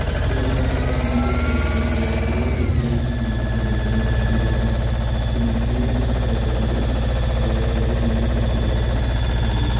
सबसे ज़्यादा पसंद मुझे रसमलाई आती है जो कि हमारे जबलपुर में काफ़ी ज़्यादा अच्छी मिलती है और रबड़ी जो है वह भी मेरी काफ़ी ज़्यादा पसंद है